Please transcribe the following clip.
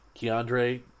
Keandre